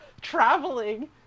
traveling